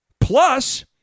Plus